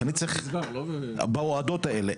שאני צריך בהורדות האלה,